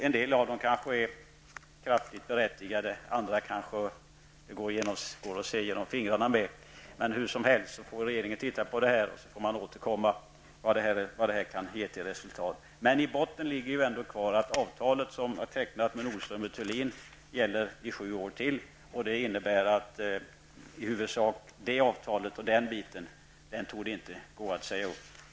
En del av förslagen är kanske kraftigt berättigade, andra kan man kanske se genom fingrarna med. Hur som helst får regeringen titta på det här, och så får vi återkomma och se vad det kan bli för resultat. I botten ligger ju ändå att det avtal som är tecknat med Nordström & Thulin gäller i sju år till. Det innebär att det avtalet inte torde gå att säga upp.